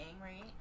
right